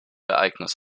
ereignis